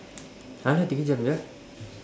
ah lah tiga jam jer ah